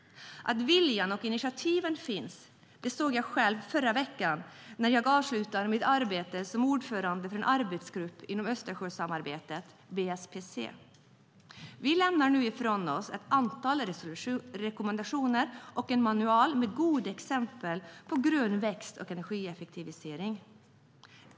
Att viljan och initiativen finns såg jag själv förra veckan när jag avslutade mitt arbete som ordförande för en arbetsgrupp inom Östersjösamarbetet, BSPC. Vi lämnar nu ifrån oss ett antal rekommendationer och en manual med goda exempel på grön tillväxt och energieffektivisering.